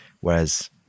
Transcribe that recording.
Whereas